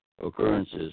occurrences